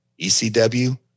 ECW